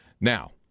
Now